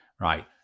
Right